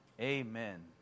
Amen